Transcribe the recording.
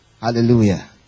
Hallelujah